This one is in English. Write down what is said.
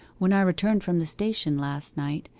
when i returned from the station last night,